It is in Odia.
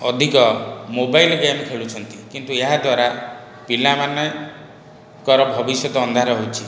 ଅଧିକ ମୋବାଇଲ ଗେମ୍ ଖେଳୁଛନ୍ତି କିନ୍ତୁ ଏହାଦ୍ୱାରା ପିଲାମାନେଙ୍କର ଭବିଷ୍ୟତ ଅନ୍ଧାର ହେଉଛି